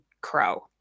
crow